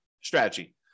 strategy